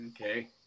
Okay